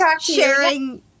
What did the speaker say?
sharing